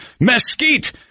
mesquite